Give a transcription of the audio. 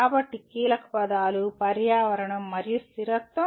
కాబట్టి కీలకపదాలు పర్యావరణం మరియు స్థిరత్వం